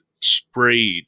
sprayed